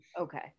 okay